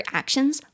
actions